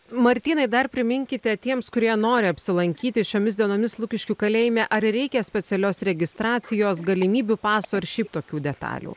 martynai dar priminkite tiems kurie nori apsilankyti šiomis dienomis lukiškių kalėjime ar reikia specialios registracijos galimybių paso ir šiaip tokių detalių